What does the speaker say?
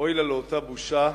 "אוי לה לאותה בושה,